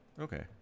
Okay